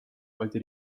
balti